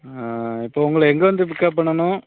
ஆ இப்போது உங்களை எங்கே வந்து பிக்கப் பண்ணணும்